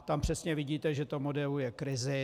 Tam přesně vidíte, že to modeluje krizi.